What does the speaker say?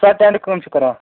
یُس ہا ٹیٚنٹہٕ کٲم چھُ کران